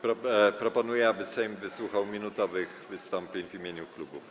Proponuję, aby Sejm wysłuchał 1-minutowych wystąpień w imieniu klubów.